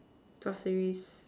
pasir-ris